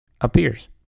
appears